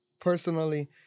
personally